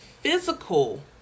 physical